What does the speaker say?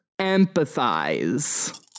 empathize